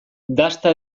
dasta